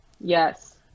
yes